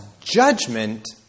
judgment